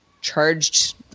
charged